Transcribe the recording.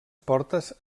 portes